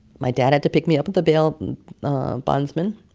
my dad had to pick me up at the bail bondsman.